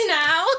now